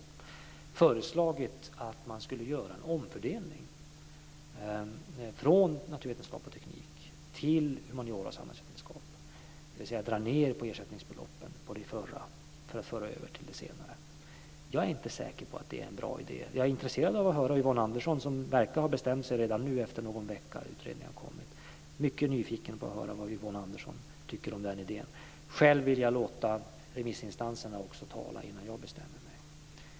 Utredaren har föreslagit att man ska göra en omfördelning från naturvetenskap och teknik till humaniora och samhällsvetenskap, dvs. dra ned på ersättningsbeloppen för de förra för att föra över till de senare. Jag är inte säker på att det är en bra idé. Jag är intresserad av att höra Yvonne Andersson, som verkar ha bestämt sig redan nu - någon vecka efter det att utredningen har kommit. Jag är mycket nyfiken på att höra vad Yvonne Andersson tycker om den idén. Själv vill jag låta remissinstanserna tala innan jag bestämmer mig.